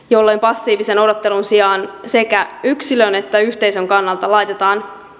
jolloin passiivisen odottelun sijaan sekä yksilön että yhteisön kannalta laitetaan